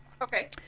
Okay